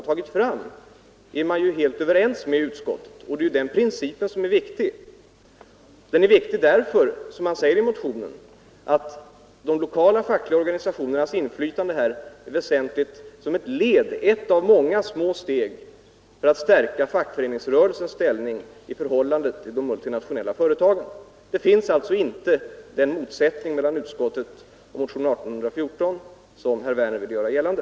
Men utskottet är helt enigt med motionärerna om att den princip som har tagits upp i motionen är riktig. Och, som motionärerna säger, den är viktig därför att de lokala fackliga organisationernas inflytande är väsentligt som ett av många steg för att stärka fackföreningarnas ställning i förhållande till de multinationella företagen. Det finns alltså inte någon sådan motsättning mellan utskottets betänkande och motionen 1814 som herr Werner ville göra gällande.